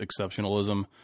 exceptionalism